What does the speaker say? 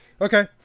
Okay